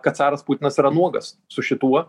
kad caras putinas yra nuogas su šituo